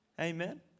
Amen